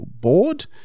board